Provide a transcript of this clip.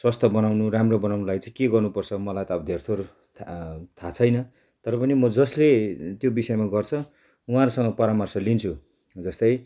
स्वस्थ बनाउनु राम्रो बनाउनुलाई चाहिँ के गर्नुपर्छ मलाई त अब धेरथोर थाहा छैन तर पनि म जसले त्यो विषयमा गर्छ उहाँहरूसँग परामर्श लिन्छु जस्तै